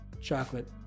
chocolate